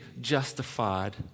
justified